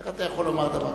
איך אתה יכול לומר דבר כזה?